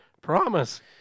Promise